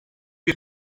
bir